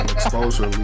exposure